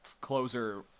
closer